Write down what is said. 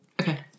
okay